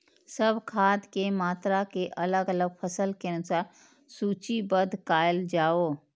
सब खाद के मात्रा के अलग अलग फसल के अनुसार सूचीबद्ध कायल जाओ?